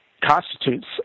constitutes